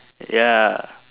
ya